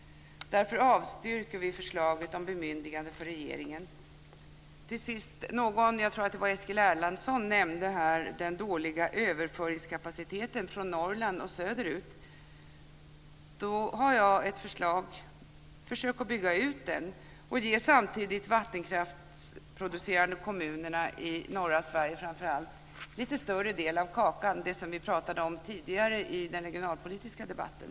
Därför avstyrker vi förslaget om bemyndigande för regeringen. Jag tror att det var Eskil Erlandsson som nämnde den dåliga överföringskapaciteten från Norrland söderut. Jag har ett förslag. Försök att bygga ut den! Och ge samtidigt de vattenkraftsproducerande kommunerna i framför allt norra Sverige lite större del av kakan. Detta pratade vi om tidigare i den regionalpolitiska debatten.